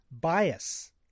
bias